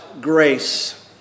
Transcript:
grace